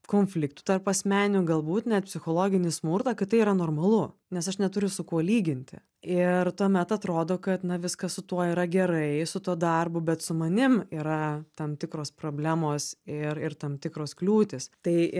konfliktų tarpasmeninių galbūt net psichologinį smurtą kad tai yra normalu nes aš neturiu su kuo lyginti ir tuomet atrodo kad na viskas su tuo yra gerai su tuo darbu bet su manim yra tam tikros problemos ir ir tam tikros kliūtys tai